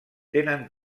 tenen